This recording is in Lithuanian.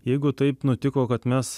jeigu taip nutiko kad mes